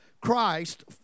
Christ